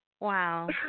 Wow